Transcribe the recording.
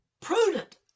prudent